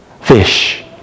FISH